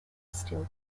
steel